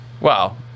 wow